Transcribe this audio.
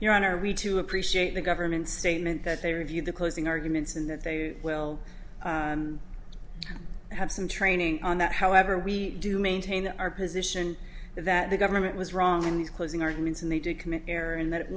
your honor we to appreciate the government's statement that they reviewed the closing arguments in that they will have some training on that however we do maintain our position that the government was wrong in these closing arguments and they did commit error and that